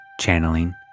Channeling